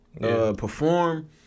perform